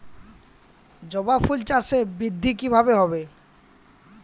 জবা ফুল চাষে বৃদ্ধি কিভাবে হবে?